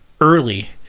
early